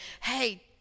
hey